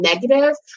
negative